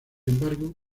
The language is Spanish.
embargo